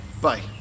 Bye